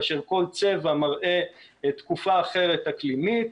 כאשר כל צבע מראה תקופה אחרת אקלימית: